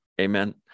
Amen